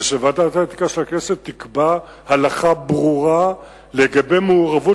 וועדת האתיקה של הכנסת תקבע הלכה ברורה לגבי מעורבות